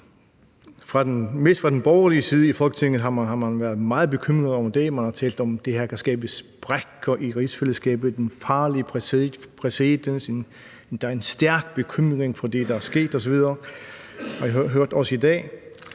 Især fra den borgerlige side af Folketinget har man været meget bekymret over det. Man har talt om, at det her kan skabe sprækker i rigsfællesskabet, at det kan skabe en farlig præcedens, og der er en stærk bekymring over det, der er sket osv., hvilket jeg også har